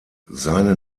seine